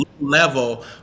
level